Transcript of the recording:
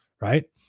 right